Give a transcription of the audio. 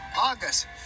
August